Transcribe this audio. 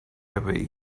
away